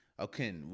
Okay